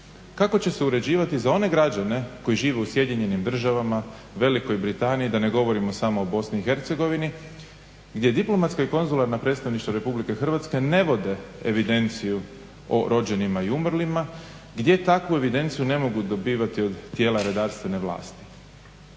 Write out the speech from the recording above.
kako će se uređivati za one građane koji žive u SAD-u, Velikoj Britaniji da ne govorimo samo o BIH, gdje diplomatska i konzularna predstavništva RH ne vode evidenciju o rođenima i umrlima, gdje takvu evidenciju ne mogu dobivati od tijela redarstvene vlasti.